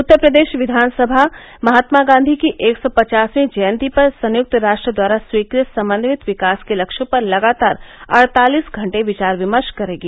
उत्तर प्रदेश विधानसभा महात्मा गांधी की एक सौं पचासवीं जयन्ती पर संयुक्त राष्ट्र द्वारा स्वीकृत समन्वित विकास के लक्ष्यों पर लगातार अड़तालिस घण्टे विचार विमर्श करेगी